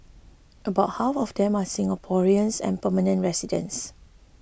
about half of them are Singaporeans and permanent residents